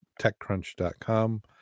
techcrunch.com